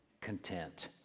content